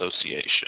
Association